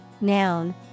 noun